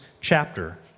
chapter